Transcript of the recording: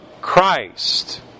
Christ